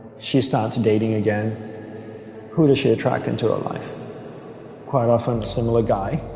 she starts dating again who does she attract into a life quite often similar guy